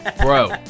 Bro